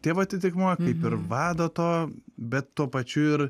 tėvo atitikmuo kaip ir vado to bet tuo pačiu ir